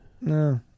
No